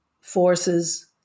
forces